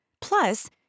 Plus